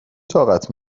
طاقت